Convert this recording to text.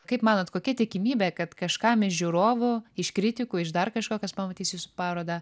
kaip manot kokia tikimybė kad kažkam iš žiūrovų iš kritikų iš dar kažko kas pamatys jūsų parodą